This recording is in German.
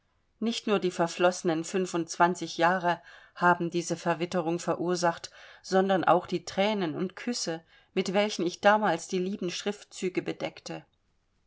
nicht nur die verflossenen fünfundzwanzig jahre haben diese verwitterung verursacht sondern auch die thränen und küsse mit welchen ich damals die lieben schriftzüge bedeckte